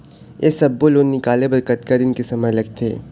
ये सब्बो लोन निकाले बर कतका दिन के समय लगथे?